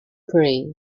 pray